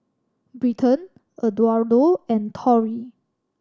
Britton Eduardo and Tori